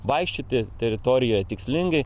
vaikščioti teritorijoje tikslingai